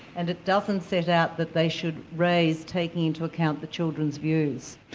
and it doesn't set out that they should raise taking into account the children's views.